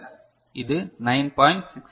6875 volt